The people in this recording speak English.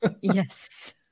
yes